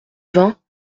vingts